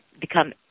become